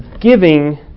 giving